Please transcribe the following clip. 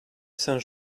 saint